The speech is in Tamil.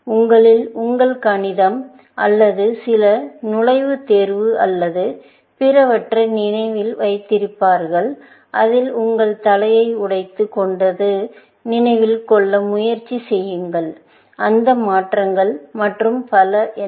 உங்களில் உங்கள் கணிதம் அல்லது சில நுழைவுத் தேர்வு அல்லது பிறவற்றை நினைவில் வைத்திருப்பார்கள் அதில் உங்கள் தலையை உடைத்து கொண்டதை நினைவில் கொள்ள முயற்சி செய்யுங்கள் அந்த மாற்றங்கள் மற்றும் பல என்ன